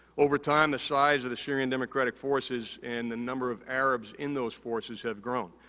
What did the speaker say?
over time the size of the syrian democratic forces and the number of arabs in those forces have grown.